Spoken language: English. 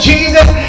Jesus